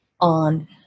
on